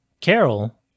carol